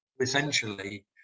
essentially